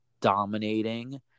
dominating